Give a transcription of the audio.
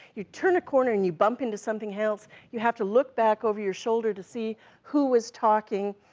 you turn a corner, and you bump into something else, you have to look back over your shoulder to see who was talking,